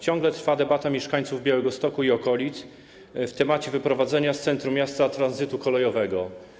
Ciągle trwa debata mieszkańców Białegostoku i okolic na temat wyprowadzenia z centrum miast tranzytu kolejowego.